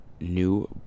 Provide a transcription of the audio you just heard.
new